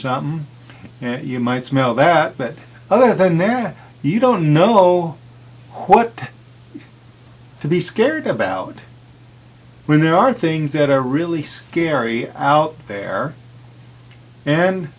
and you might smell that but other than that you don't know what to be scared about when there are things that are really scary out there and